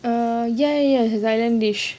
err ya ya is a thailand dish